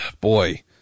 boy